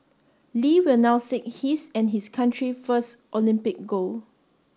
Lee will now seek his and his country first Olympic gold